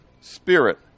spirit